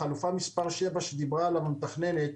החלופה מס' 7 שדיברה עליה המתכננת,